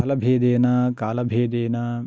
स्थलभेदेन कालभेदेन